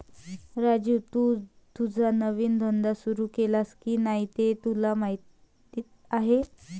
राजू, तू तुझा नवीन धंदा सुरू केलास की नाही हे तुला माहीत आहे